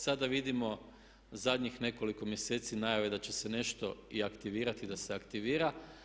Sada vidimo zadnjih nekoliko mjeseci najave da će se nešto i aktivirati i da se aktivira.